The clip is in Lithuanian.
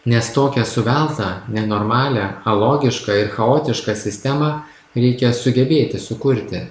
nes tokią suveltą nenormalią alogišką ir chaotišką sistemą reikia sugebėti sukurti